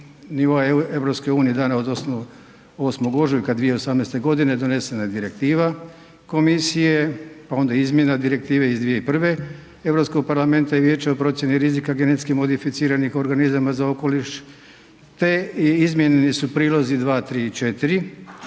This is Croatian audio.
nivoa EU, dana 8. ožujka 2018. godine donesena je Direktiva komisije, pa onda izmjena Direktive iz 2001. Europskog parlamenta i vijeća o procjeni rizika genetskih modificiranih organizama za okoliš, te i izmijenjeni su prilozi 2, 3 i 4